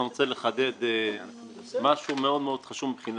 אני רוצה לחדד משהו מאוד מאוד חשוב מבחינתנו.